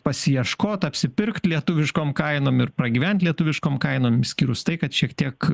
pasiieškot apsipirkti lietuviškom kainom ir pragyvent lietuviškom kainom išskyrus tai kad šiek tiek